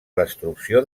destrucció